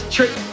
Trick